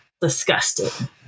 disgusted